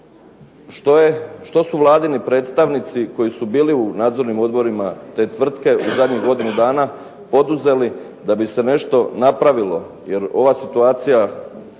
što su vladini predstavnici koji su bili u nadzornim odborima te tvrtke u zadnjih godinu dana poduzeli da bi se nešto napravilo.